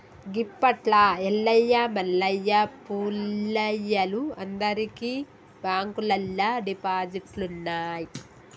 గిప్పట్ల ఎల్లయ్య మల్లయ్య పుల్లయ్యలు అందరికి బాంకుల్లల్ల డిపాజిట్లున్నయ్